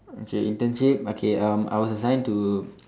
okay internship okay um I was assigned to